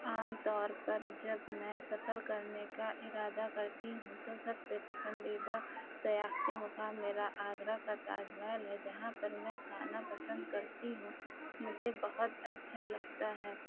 عام طور پر جب میں سفر کرنے کا ارادہ کرتی ہوں تو سب سے پسندیدہ سیاحتی مقام میرا آگرہ کا تاج محل ہے جہاں پر میں جانا پسند کرتی ہوں مجھے بہت اچھا لگتا ہے